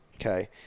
Okay